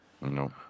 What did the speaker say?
No